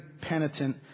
penitent